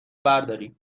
برداری